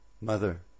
Mother